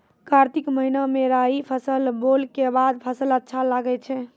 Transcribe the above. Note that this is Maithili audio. कार्तिक महीना मे राई फसल बोलऽ के बाद फसल अच्छा लगे छै